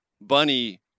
bunny